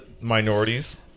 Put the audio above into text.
minorities